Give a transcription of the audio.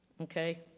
Okay